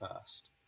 first